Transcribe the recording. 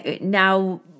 now